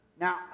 Now